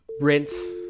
Rinse